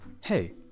hey